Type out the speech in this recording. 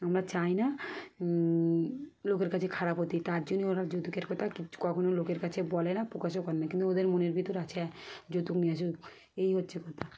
আমরা চাই না লোকের কাছে খারাপ হতে তার জন্যই ওরা যৌতুকের কথা কখনও লোকের কাছে বলে না প্রকাশও করে না কিন্তু ওদের মনের ভিতর আছে হ্যাঁ যৌতুক নিয়ে আসুক এই হচ্ছে কথা